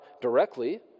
directly